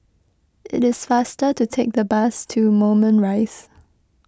it is faster to take the bus to Moulmein Rise